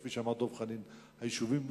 כי כפי שאמר דב חנין היישובים מתפקעים.